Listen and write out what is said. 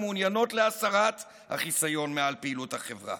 מעוניינות בהסרת החיסיון מעל פעילות החברה.